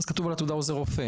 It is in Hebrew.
אז כתוב על התעודה "עוזר רופא",